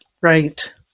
Right